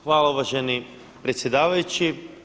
Hvala uvaženi predsjedavajući.